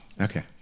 Okay